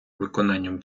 виконанням